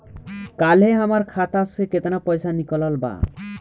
काल्हे हमार खाता से केतना पैसा निकलल बा?